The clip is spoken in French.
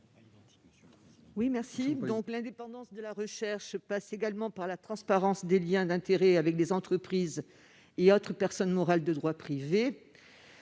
de Marco. L'indépendance de la recherche passe également par la transparence des liens d'intérêt avec des entreprises et autres personnes morales de droit privé.